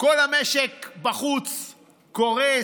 זה יפגע